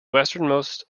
westernmost